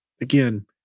again